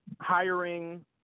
hiring